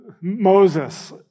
Moses